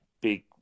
big